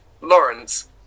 lawrence